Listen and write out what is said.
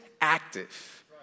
active